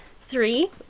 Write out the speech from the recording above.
three